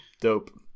dope